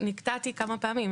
נקטעתי כמה פעמים.